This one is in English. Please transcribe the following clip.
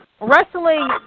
wrestling